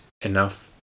enough